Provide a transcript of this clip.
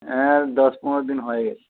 হ্যাঁ দশ পনেরো দিন হয়ে গেছে